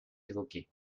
évoquez